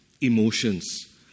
emotions